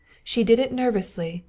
she did it nervously,